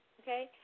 okay